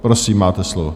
Prosím, máte slovo.